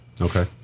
Okay